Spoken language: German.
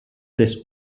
des